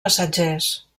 passatgers